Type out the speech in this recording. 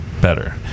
better